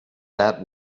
that